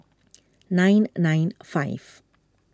nine nine five